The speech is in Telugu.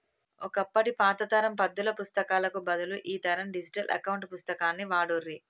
ఒకప్పటి పాత తరం పద్దుల పుస్తకాలకు బదులు ఈ తరం డిజిటల్ అకౌంట్ పుస్తకాన్ని వాడుర్రి